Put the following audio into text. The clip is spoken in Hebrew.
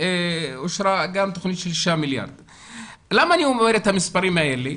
אני נוקב במספרים האלה